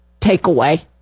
takeaway